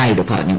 നായിഡു പറഞ്ഞു